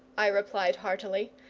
i replied heartily,